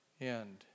end